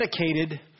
dedicated